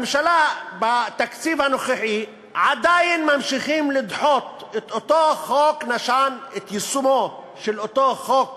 בתקציב הנוכחי עדיין ממשיכים לדחות את יישומו של אותו חוק